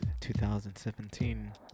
2017